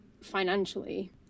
financially